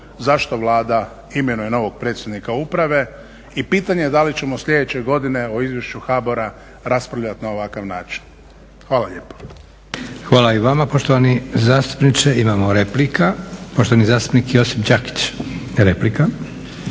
zašto Vlada imenuje novog predsjednika uprave i pitanje je da li ćemo sljedeće godine o izvješću HBOR-a raspravljati na ovakav način. Hvala lijepo. **Leko, Josip (SDP)** Hvala i vama poštovani zastupniče. Poštovani zastupnik Josip Đakić, replika.